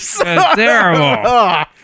Terrible